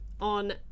on